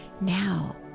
Now